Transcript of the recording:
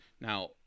Now